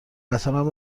قطارم